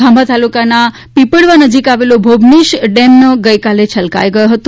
ખાંભા તાલુકાના પીપળવા નજીક આવેલો મોભનેશ ડેમના ગઇકાલે છલકાઈ ગયો હતો